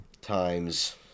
times